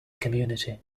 community